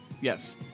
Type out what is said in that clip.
Yes